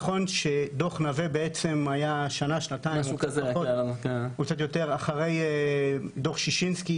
נכון שדוח נווה היה שנה או שנתיים אחרי דוח ששינסקי